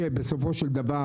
שזה בסופו של דבר,